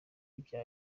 ibya